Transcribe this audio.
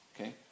okay